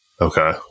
Okay